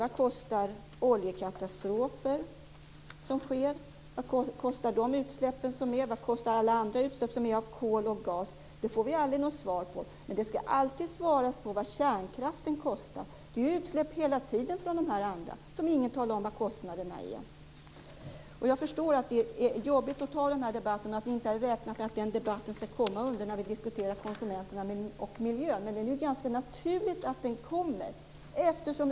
Vad kostar oljekatastrofer som sker? Vad kostar alltså sådana utsläpp, och vad kostar alla andra utsläpp till följd av kolet och gasen? Sådana frågor får vi aldrig svar på. Däremot skall det alltid svaras på frågor om vad kärnkraften kostar. Det sker dock hela tiden utsläpp genom de andra energikällorna. Ingen talar om vad de kostnaderna uppgår till. Jag förstår att det är jobbigt att ta den här debatten och att ni inte hade räknat med att den skulle komma nu när vi diskuterar konsumenterna och miljön. Det är dock ganska naturligt att den debatten kommer.